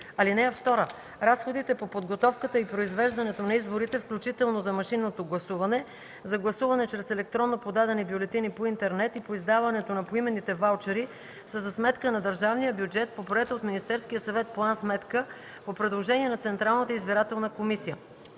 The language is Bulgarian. (2) Разходите по подготовката и произвеждането на изборите, включително за машинното гласуване, за гласуване чрез електронно подадени бюлетини по интернет и по издаването на поименните ваучери, са за сметка на държавния бюджет по приета от Министерския съвет план-сметка, по предложение на Централната избирателна комисия.